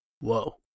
whoa